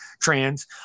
trans